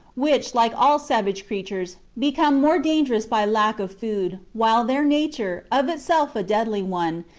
which, like all savage creatures, become more dangerous by lack of food, while their nature, of itself a deadly one,